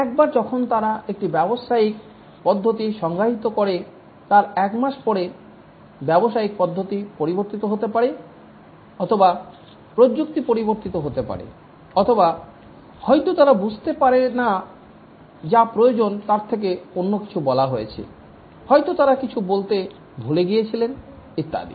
একবার যখন তারা একটি ব্যবসায়িক পদ্ধতি সংজ্ঞায়িত করে তার এক মাস পরে ব্যবসায়িক পদ্ধতি পরিবর্তিত হতে পারে অথবা প্রযুক্তি পরিবর্তন হতে পারে অথবা হয়তো তারা বুঝতে পারে না যা প্রয়োজন তার থেকে অন্য কিছু বলা হয়েছে হয়তো তারা কিছু বলতে ভুলে গিয়েছিল ইত্যাদি